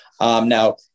Now